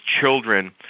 children